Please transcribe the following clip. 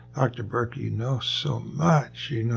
dr. berk, you you know so much. you know,